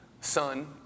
Son